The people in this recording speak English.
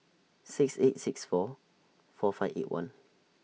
six eight six four four five eight one